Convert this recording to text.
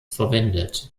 verwendet